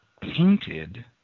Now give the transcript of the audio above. painted